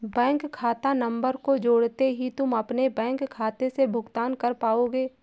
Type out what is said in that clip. bank खाता number को जोड़ते ही तुम अपने बैंक खाते से भुगतान कर पाओगे